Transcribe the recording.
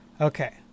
Okay